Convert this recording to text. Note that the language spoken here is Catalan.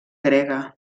grega